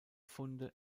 funde